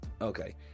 Okay